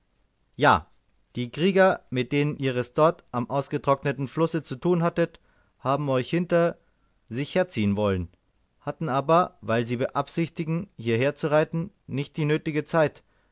ja die krieger mit denen ihr es dort am ausgetrockneten flusse zu tun hattet haben euch hinter sich her ziehen wollen hatten aber weil sie beabsichtigten hierher zu reiten nicht die nötige zeit